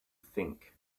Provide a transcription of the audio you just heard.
think